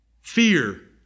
fear